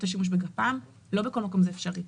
את השימוש בגפ"מ לא בכל מקום זה אפשרי.